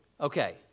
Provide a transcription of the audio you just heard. Okay